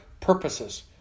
purposes